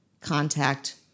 contact